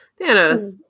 Thanos